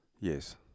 Yes